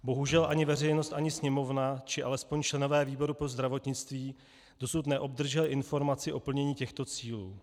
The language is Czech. Bohužel ani veřejnost, ani Sněmovna, či alespoň členové výboru pro zdravotnictví dosud neobdrželi informaci o plnění těchto cílů.